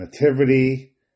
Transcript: nativity